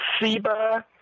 Siba